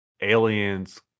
aliens